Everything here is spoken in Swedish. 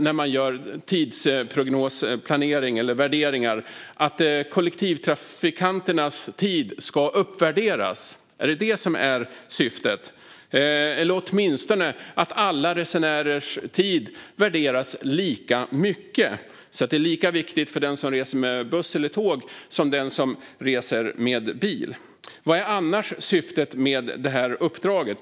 Är syftet att kollektivtrafikanternas tid ska uppvärderas när man gör tidsprognosvärderingar i framtiden, eller åtminstone att alla resenärers tid värderas lika så att tiden är lika viktig för den som reser med buss eller tåg som för den som reser med bil? Vad är annars syftet med uppdraget?